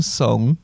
song